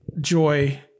Joy